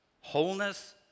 wholeness